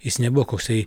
jis nebuvo koksai